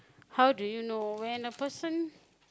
how do you when a person